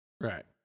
Right